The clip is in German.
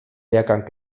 lehrgang